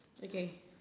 okay